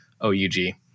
O-U-G